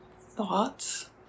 thoughts